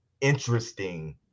interesting